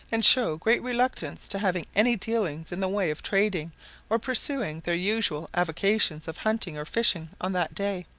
and show great reluctance to having any dealings in the way of trading or pursuing their usual avocations of hunting or fishing on that day.